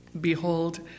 Behold